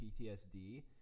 PTSD